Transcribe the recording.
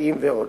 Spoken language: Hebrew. תקשורתיים ועוד.